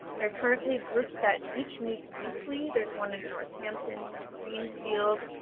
there are currently groups that each meet weekly. there's one in northampton, greenfield,